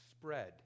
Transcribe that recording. spread